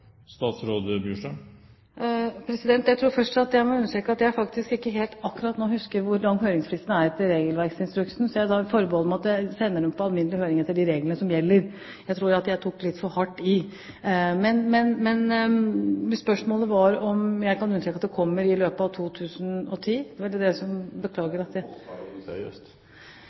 Jeg tror først at jeg må understreke at jeg nå ikke helt husker hvordan høringsfristene er etter regelverksinstruksen, så jeg må ta forbehold. Jeg sender dette ut på alminnelig høring etter de reglene som gjelder. Jeg tror at jeg tok litt for hardt i. Men spørsmålet var om jeg kan understreke at det kommer i løpet av 2010. Var det det som